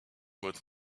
with